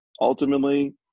ultimately